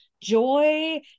joy